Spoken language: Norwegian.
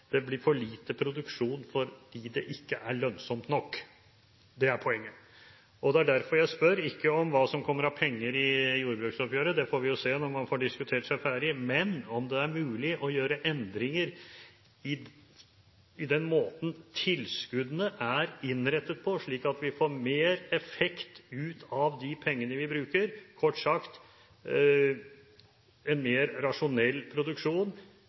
det blir for lite produksjon fordi det ikke er lønnsomt nok. Det er poenget. Det er derfor jeg spør, ikke om hva som kommer av penger i jordbruksoppgjøret – det får vi jo se når man får diskutert seg ferdig – men om det er mulig å gjøre endringer i den måten tilskuddene er innrettet på, slik at vi får mer effekt ut av de pengene vi bruker? Kort sagt: at vi får en mer rasjonell produksjon